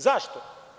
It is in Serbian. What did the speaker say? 1Zašto?